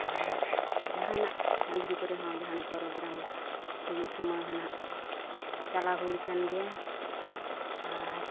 ᱟᱨ ᱡᱟᱦᱟᱱᱟᱜ ᱥᱟᱺᱜᱤᱧ ᱠᱚᱨᱮ ᱦᱚᱸ ᱡᱟᱦᱟᱱᱟᱜ ᱯᱨᱳᱜᱨᱟᱢ ᱦᱩᱭᱩᱜ ᱥᱚᱢᱚᱭ ᱦᱚᱸ ᱱᱟᱦᱟᱜ ᱪᱟᱞᱟᱣ ᱦᱩᱭ ᱠᱟᱱ ᱜᱮᱭᱟ ᱟᱨ